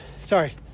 Sorry